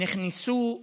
נכנסו למצוקה,